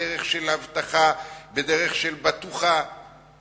בדרך של הבטחה או בדרך של בטוחה למפעל,